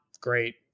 great